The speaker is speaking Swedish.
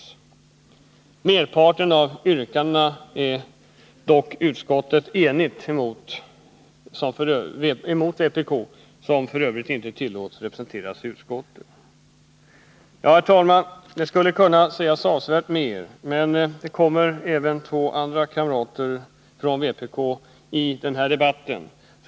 I merparten av yrkandena är dock utskottet enigt emot vpk, som för övrigt inte tillåts vara representerat i utskotten. tiska åtgärder Herr talman! Det skulle kunna sägas avsevärt mer, men ytterligare två kamrater från vpk kommer att delta i debatten.